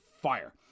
fire